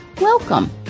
Welcome